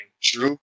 true